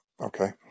okay